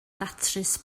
datrys